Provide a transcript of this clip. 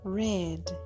red